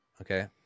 Okay